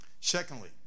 Secondly